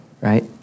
right